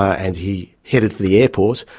and he headed for the airport,